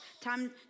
time